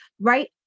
right